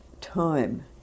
time